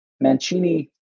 Mancini